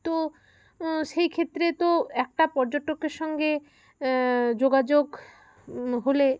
তো সেইক্ষেত্রে তো একটা পর্যটকের সঙ্গে যোগাযোগ হলে